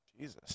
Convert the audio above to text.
Jesus